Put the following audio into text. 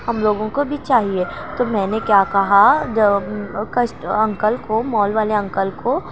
ہم لوگوں کو بھی چاہیے تو میں نے کیا کہا جب کسٹ انکل کو مال والے انکل کو